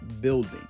building